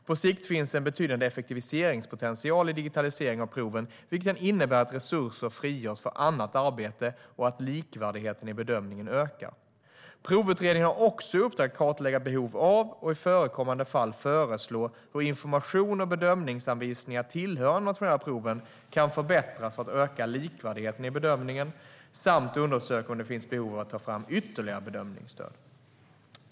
På sikt finns en betydande effektiviseringspotential i digitalisering av proven, vilket kan innebära att resurser frigörs för annat arbete och att likvärdigheten i bedömningen ökar. Provutredningen har också i uppdrag att kartlägga behov av, och i förekommande fall föreslå, hur information och bedömningsanvisningar tillhörande de nationella proven kan förbättras för att öka likvärdigheten i bedömningen samt undersöka om det finns behov av att ta fram ytterligare bedömningsstöd.